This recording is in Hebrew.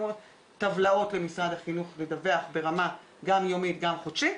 זה משהו כמו